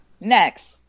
Next